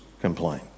complain